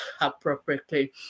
appropriately